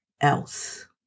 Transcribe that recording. else